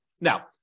Now